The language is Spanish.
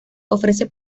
ofrece